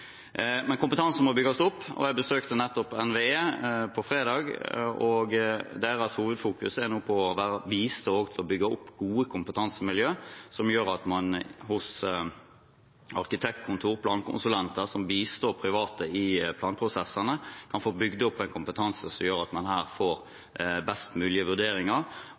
Men kompetansen må bygges opp. Jeg besøkte på fredag NVE, og deres hovedfokus er nå på å bistå med å bygge opp gode kompetansemiljøer hos arkitektkontor, plankonsulenter som bistår private i planprosessene, som gjør at man kan få best mulige vurderinger,